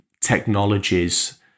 technologies